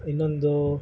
ಇನ್ನೊಂದು